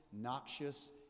noxious